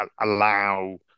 allow